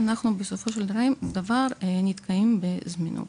בסופו של דבר אנחנו נתקעים בזמינות.